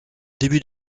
début